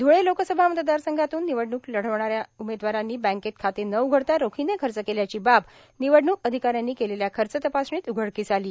ध्ळे लोकसभा मतदार संघातून निवडण्क लढवणाऱ्या उमेदवारांनी बँकेत खाते न उघडता रोखीने खर्च केल्याची बाब निवडण्क अधिकाऱ्यांनी केलेल्या खर्च तपासणीत उघडकीस आली